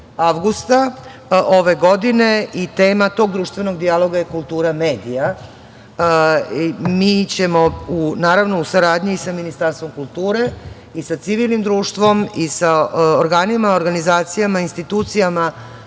avgusta ove godine i tema tog društvenog dijaloga je kultura medija. Mi ćemo, naravno, u saradnji i sa Ministarstvom kulture, sa civilnim društvom, sa organima, organizacijama i institucijama